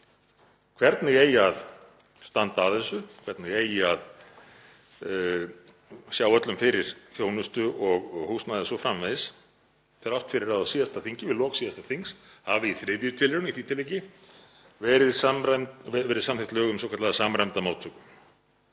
hvernig eigi að standa að þessu, hvernig eigi að sjá öllum fyrir þjónustu og húsnæði o.s.frv. þrátt fyrir að á síðasta þingi, við lok síðasta þings, hafi í þriðju tilraun, í því tilviki, verið samþykkt lög um svokallaða samræmda móttöku